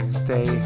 stay